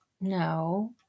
No